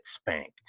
spanked